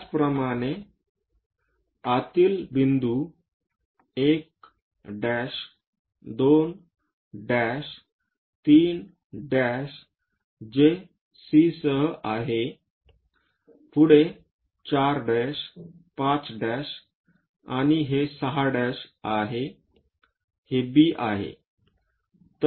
त्याचप्रमाणे आतील बिंदू 1 2 3 जे C आहे पुढील 4 5 आहे आणि हे 6 B आहे